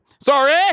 Sorry